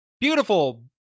beautiful